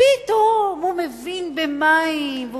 פתאום הוא מבין במים.